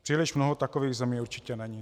Příliš mnoho takových zemí určitě není.